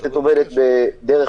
שהשופטת עובדת בדרך